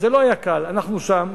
זה לא היה קל, אנחנו שם.